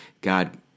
God